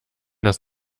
das